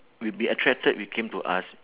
will be attracted will came to us